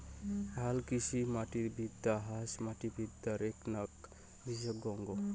হালকৃষিমাটিবিদ্যা হসে মাটিবিদ্যার এ্যাকনা বিশেষ অঙ্গ